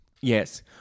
Yes